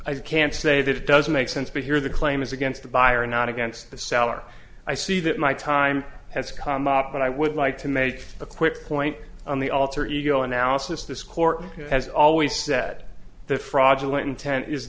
i can't say that it doesn't make sense but here the claim is against the buyer not against the seller i see that my time has come up but i would like to make a quick point on the alter ego analysis this court has always said the fraudulent intent is